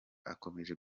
akomeje